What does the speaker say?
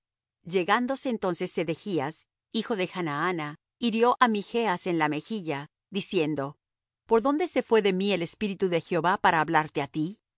llegándose entonces sedechas hijo de chnaana hirió á michas en la mejilla diciendo por dónde se fué de mí el espíritu de jehová para hablarte á ti